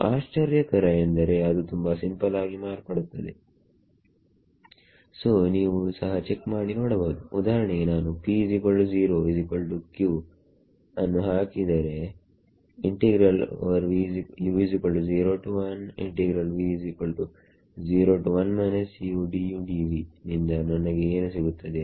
so ಆಶ್ಚರ್ಯಕರ ಎಂದರೆ ಅದು ತುಂಬಾ ಸಿಂಪಲ್ ಆಗಿ ಮಾರ್ಪಡುತ್ತದೆ ಸೋ ನೀವು ಸಹ ಚೆಕ್ ಮಾಡಿ ನೋಡಬಹುದು ಉದಾಹರಣೆಗೆ ನಾನು p0q ನ್ನು ಹಾಕಿದರೆ ಸೋ ಆಗ ನಿಂದ ನನಗೆ ಏನು ಸಿಗುತ್ತದೆ